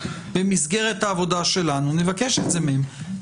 במסגרת העבודה שלנו נבקש את זה מהם.